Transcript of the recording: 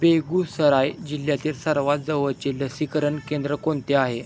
बेगुसराय जिल्ह्यातील सर्वात जवळचे लसीकरण केंद्र कोणते आहे